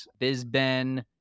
Bizben